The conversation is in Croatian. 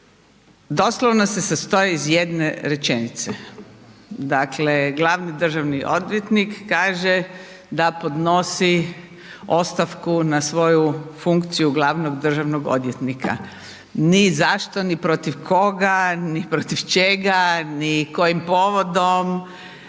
Doslovno se sastoji iz jedne rečenice. Dakle, glavni državni odvjetnik kaže da podnosi ostavku na svoju funkciju glavnog državnog odvjetnika. Ni zašto, ni protiv koga, ni protiv čega, ni kojim povodom.